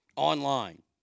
Online